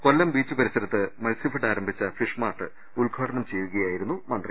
കൊച്ചം beach പരിസരത്ത് മത്സ്യഫെഡ് ആരംഭിച്ച fish mart ഉദ്ഘാടനം ചെയ്യുകയായിരുന്നു മന്ത്രി